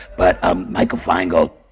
but um michael feingold,